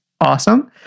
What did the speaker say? awesome